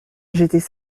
j’étais